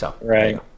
Right